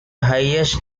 height